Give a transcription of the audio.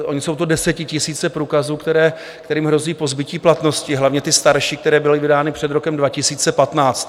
Ony jsou to desetitisíce průkazů, kterým hrozí pozbytí platnosti, hlavně ty starší, které byly vydány před rokem 2015.